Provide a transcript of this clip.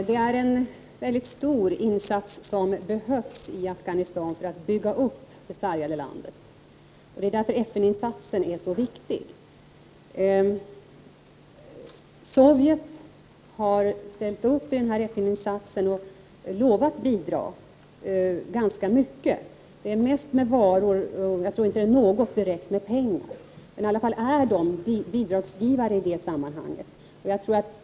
Fru talman! Det är en stor insats som behövs i Afghanistan för att bygga — 6 april 1989 upp det sargade landet. Det är därför FN-insatsen är så viktig. Sovjet har ställt upp för FN-insatsen och lovat bidra ganska mycket, mest med varor. Jag tror inte att Sovjet bidrar med pengar, men landet är i alla fall bidragsgivare i detta sammanhang.